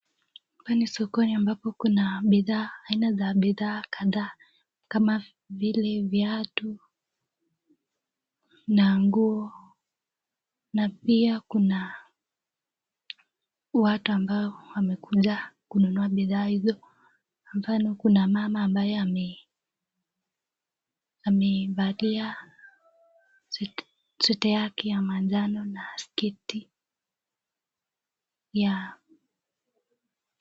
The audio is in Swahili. hapa kuna sokoni ambapo kuna bidhaa aina za bidhaa kadhaa kama vile viatu na nguo na pia kuna watu ambao wamekujakununua bidhaa hizo ambalo kuna mama kuna mama ambaye amevalia ya njano na sketi ya